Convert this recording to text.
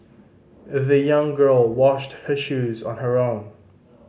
the young girl washed her shoes on her wrong